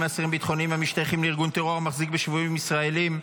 מאסירים ביטחוניים המשתייכים לארגון טרור המחזיק בשבויים ישראלים),